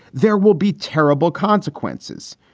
there will be terrible consequences.